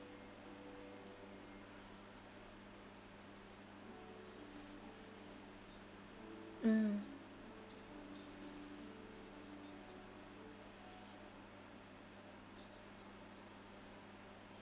mm